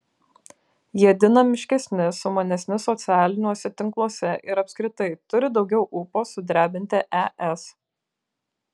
jie dinamiškesni sumanesni socialiniuose tinkluose ir apskritai turi daugiau ūpo sudrebinti es